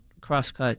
crosscut